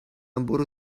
برو